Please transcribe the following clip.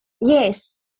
Yes